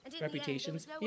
reputations